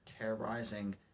terrorizing